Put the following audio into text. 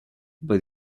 but